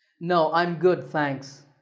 no, i'm good, thanks.